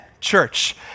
church